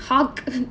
hawk